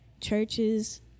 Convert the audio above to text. churches